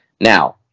Now